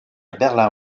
berlin